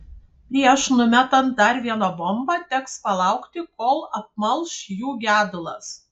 prieš numetant dar vieną bombą teks palaukti kol apmalš jų gedulas